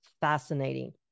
fascinating